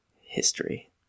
history